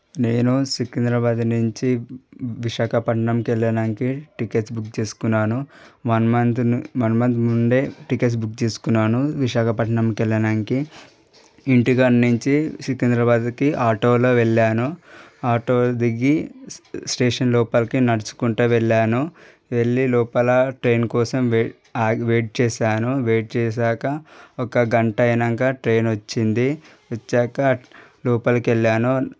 నేను సికింద్రాబాద్ నుంచి విశాఖపట్నంకు వెళ్ళడానికి టికెట్స్ బుక్ చేసుకున్నాను వన్ మంత్ వన్ మంత్ ముందే టికెట్స్ బుక్ చేసుకున్నాను విశాఖపట్నంకి వెళ్ళడానికి ఇంటికాడ నుంచి సికింద్రాబాద్కి ఆటోలో వెళ్ళాను ఆటో దిగి స్టేషన్ లోపలికి నడుచుకుంటు వెళ్ళాను వెళ్ళి లోపల ట్రైన్ కోసం వెయిట్ ఆగి వెయిట్ చేశాను వెయిట్ చేశాక ఒక గంట అయినాక ట్రైన్ వచ్చింది వచ్చాక లోపలికి వెళ్ళను